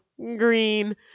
green